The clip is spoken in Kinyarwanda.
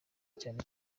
cyane